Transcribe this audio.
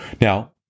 Now